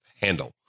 handle